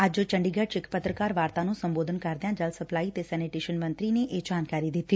ਅੱਜ ਚੰਡੀਗੜ ਚ ਇਕ ਪੱਤਰਕਾਰ ਵਾਰਤਾ ਨੂੰ ਸੰਬੋਧਨ ਕਰਦਿਆ ਜਲ ਸਪਲਾਈ ਤੇ ਸੈਨੀਟੇਸ਼ਨ ਮੰਤਰੀ ਨੇ ਇਹ ਜਾਣਕਾਰੀ ਦਿੱਤੀ